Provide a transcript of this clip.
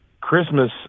Christmas